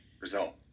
result